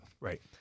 Right